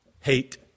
hate